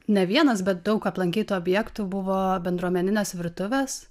ne vienas bet daug aplankytų objektų buvo bendruomeninės virtuvės